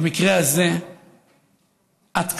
במקרה הזה עד כאן.